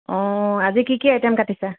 অ' আজি কি কি আইটেম কাটিছা